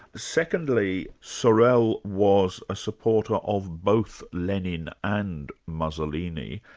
secondly, sorel was a supporter of both lenin and mussolini,